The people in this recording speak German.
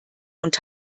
und